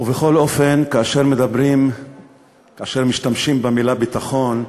ובכל אופן, כאשר משתמשים במילה ביטחון,